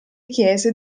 chiese